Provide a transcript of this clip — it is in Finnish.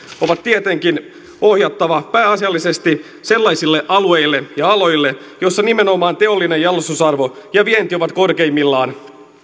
on tietenkin ohjattava pääasiallisesti sellaisille alueille ja aloille joilla nimenomaan teollinen jalostusarvo ja vienti ovat korkeimmillaan